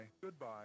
goodbye